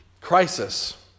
crisis